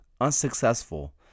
unsuccessful